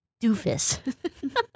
doofus